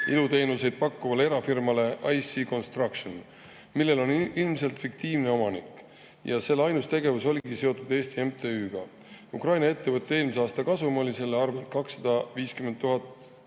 iluteenuseid pakkuvale erafirmale IC Construction, millel on ilmselt fiktiivne omanik. Selle ainus tegevus oligi seotud Eesti MTÜ-ga. Ukraina ettevõtte eelmise aasta kasum oli selle arvelt 250 000